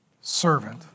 servant